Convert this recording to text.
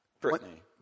Brittany